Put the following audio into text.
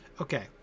Okay